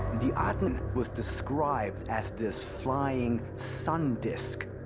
the aten was described as this flying sun disk.